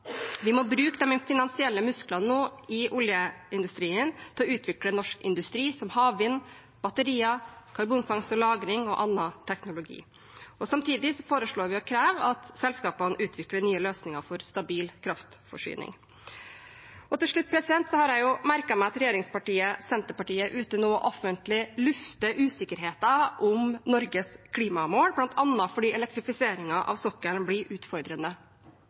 Vi må bruke de finansielle musklene i oljeindustrien til å utvikle norsk industri, som havvind, batterier, karbonfangst og -lagring og annen teknologi. Samtidig foreslår vi å kreve at selskapene utvikler nye løsninger for stabil kraftforsyning. Til slutt har jeg merket med at regjeringspartiet Senterpartiet er ute og offentlig lufter usikkerheter om Norges klimamål, bl.a. fordi elektrifiseringen av sokkelen blir utfordrende.